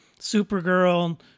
Supergirl